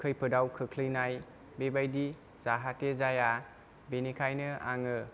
खैफोदआव खोख्लैनाय बेबायदि जाहाथे जाया बेनिखायनो आङो